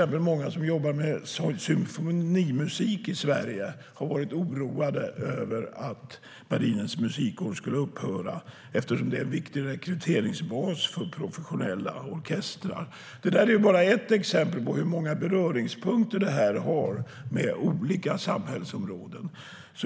Många som jobbar med symfonimusik i Sverige har varit oroade för att Marinens Musikkår skulle upphöra eftersom det är en viktig rekryteringsbas för professionella orkestrar. Det är bara ett exempel på hur många beröringspunkter detta har med olika samhällsområden.